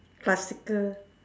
classical